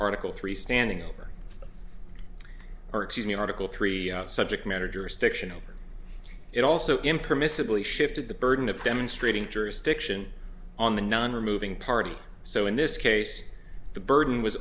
lacked article three standing over or excuse me article three subject matter jurisdiction over it also impermissibly shifted the burden of demonstrating jurisdiction on the non removing party so in this case the burden was